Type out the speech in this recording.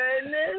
goodness